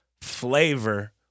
flavor